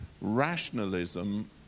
Rationalism